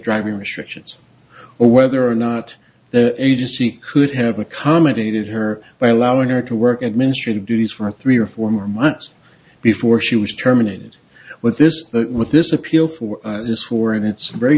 driving restrictions or whether or not the agency could have accommodated her by allowing her to work administrative duties for three or four months before she was terminated with this with this appeal for this war and it's very